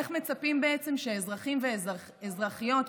איך מצפים שאזרחים ואזרחיות,